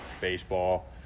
baseball